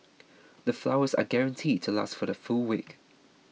the flowers are guaranteed to last for the full week